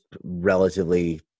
relatively